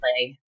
play